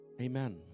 Amen